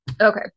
Okay